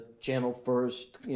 channel-first